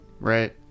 right